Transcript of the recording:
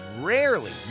rarely